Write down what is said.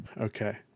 Okay